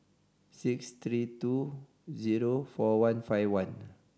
six three two zero four one five one